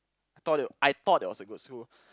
I thought it I thought it was a good school